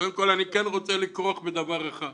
קודם כל, אני כן רוצה לכרוך בדבר אחד: